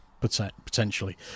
potentially